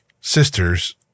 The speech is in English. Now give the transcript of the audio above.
sisters